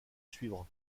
suivre